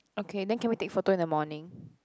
okay then can we take photo in the morning